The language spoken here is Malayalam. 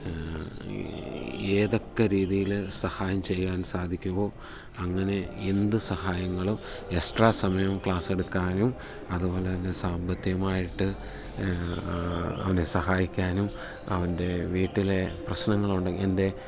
ഏതൊക്കെ രീതിയിൽ സഹായം ചെയ്യാൻ സാധിക്കുമോ അങ്ങനെ എന്ത് സഹായങ്ങളും എക്സ്ട്രാ സമയവും ക്ലാസെടുക്കാനും അതുപോലെ തന്നെ സാമ്പത്തികമായിട്ട് അവനെ സഹായിക്കാനും അവൻ്റെ വീട്ടിലെ പ്രശ്നങ്ങളുണ്ടെങ്കിൽ എൻ്റെ